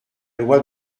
loi